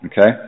Okay